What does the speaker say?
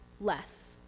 less